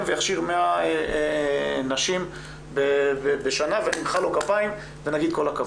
ויכשיר 100 נשים בשנה ונמחא לו כפיים ונגיד 'כל הכבוד'.